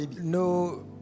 No